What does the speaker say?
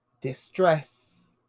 distress